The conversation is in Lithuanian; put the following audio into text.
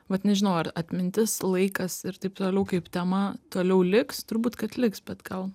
vat nežinau ar atmintis laikas ir taip toliau kaip tema toliau liks turbūt kad liks bet gal